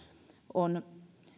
on